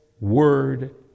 word